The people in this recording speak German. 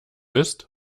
ist